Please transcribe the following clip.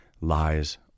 lies